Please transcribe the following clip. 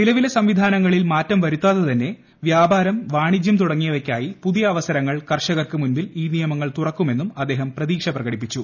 നിലവിലെ സംവിധാനങ്ങളിൽ മാറ്റം വരുത്താതെ തന്നെ വ്യാപാരം വാണിജ്യം തുടങ്ങിയവയ്ക്കായി പുതിയ അവസരങ്ങൾ കർഷകർക്ക് മുൻപിൽ ഈ നിയമങ്ങൾ തുറക്കുമെന്നും അദ്ദേഹം പ്രതീക്ഷ പ്രകടിപ്പിച്ചു